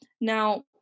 Now